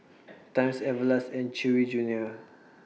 Times Everlast and Chewy Junior